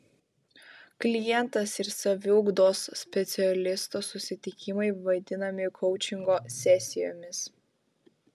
klientas ir saviugdos specialisto susitikimai vadinami koučingo sesijomis